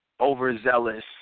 overzealous